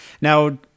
Now